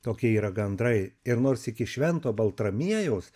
tokie yra gandrai ir nors iki švento baltramiejaus